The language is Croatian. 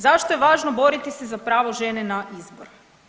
Zašto je važno boriti se za pravo žene na izbor?